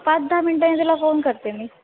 पाच दहा मिनटांनी तुला फोन करते मी